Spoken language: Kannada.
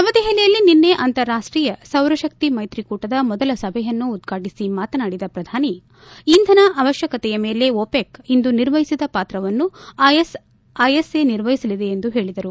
ನವದೆಹಲಿಯಲ್ಲಿ ನಿನ್ನೆ ಅಂತಾರಾಷ್ಟೀಯ ಸೌರಶಕ್ತಿ ಮೈತ್ರಿಕೂಟದ ಮೊದಲ ಸಭೆಯನ್ನು ಉದ್ವಾಟಿಸಿ ಮಾತನಾಡಿದ ಪ್ರಧಾನಿ ಇಂಧನ ಅವಶ್ಲಕತೆಯ ಮೇಲೆ ಒಪೆಕ್ ಇಂದು ನಿರ್ವಹಿಸಿದ ಪಾತ್ರವನ್ನು ಐಎಸ್ಎ ನಿರ್ವಹಿಸಲಿದೆ ಎಂದು ಹೇಳಿದರು